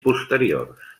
posteriors